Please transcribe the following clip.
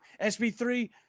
SB3